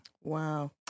Wow